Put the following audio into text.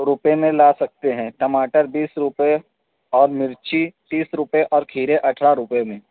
روپئے میں لا سکتے ہیں ٹماٹر بیس روپئے اور مرچی تیس روپئے اور اٹھارہ روپئے میں